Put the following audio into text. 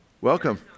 Welcome